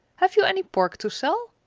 have you any pork to sell?